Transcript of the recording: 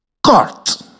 Cart